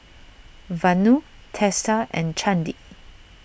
Vanu Teesta and Chandi